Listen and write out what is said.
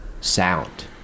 sound